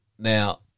Now